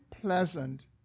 pleasant